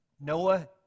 Noah